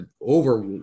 over